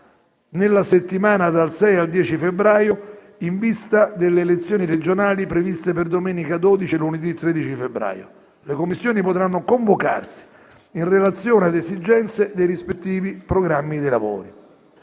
nella settimana dal 6 al 10 febbraio, in vista delle elezioni regionali previste per domenica 12 e lunedì 13 febbraio. Le Commissioni potranno convocarsi in relazione a esigenze dei rispettivi programmi dei lavori.